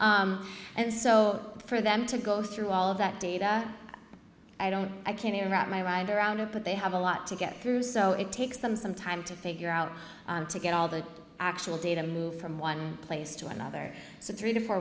and so for them to go through all of that data i don't i can't even wrap my mind around it but they have a lot to get through so it takes them some time to figure out how to get all the actual data moved from one place to another so three to four